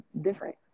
different